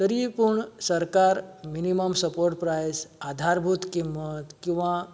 तरी पूण सरकार मिनीमम सपोर्ट प्रायज आधारभूत किंमत किंवां